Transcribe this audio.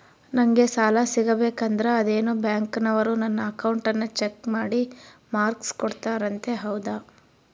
ನಂಗೆ ಸಾಲ ಸಿಗಬೇಕಂದರ ಅದೇನೋ ಬ್ಯಾಂಕನವರು ನನ್ನ ಅಕೌಂಟನ್ನ ಚೆಕ್ ಮಾಡಿ ಮಾರ್ಕ್ಸ್ ಕೊಡ್ತಾರಂತೆ ಹೌದಾ?